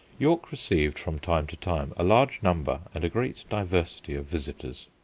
york received from time to time a large number and a great diversity of visitors.